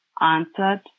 answered